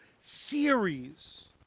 series